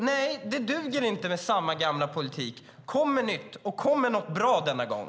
Nej, det duger inte med samma gamla politik. Kom med nytt, och kom med något bra denna gång.